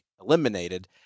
eliminated